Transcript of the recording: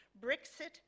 Brexit